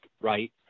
right